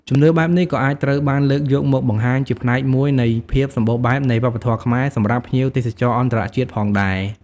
ជំនឿបែបនេះក៏អាចត្រូវបានលើកយកមកបង្ហាញជាផ្នែកមួយនៃភាពសម្បូរបែបនៃវប្បធម៌ខ្មែរសម្រាប់ភ្ញៀវទេសចរអន្តរជាតិផងដែរ។